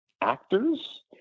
actors